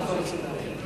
אנחנו רוצים להבין.